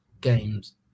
games